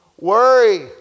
Worry